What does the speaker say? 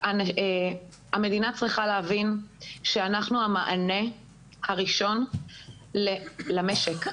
המדינה צריכה להבין שאנחנו המענק הראשון למשק,